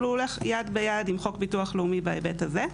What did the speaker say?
אבל הוא הולך יד ביד עם חוק ביטוח לאומי בהיבט הזה.